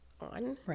on